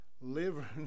Liver